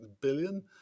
billion